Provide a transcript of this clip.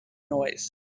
noise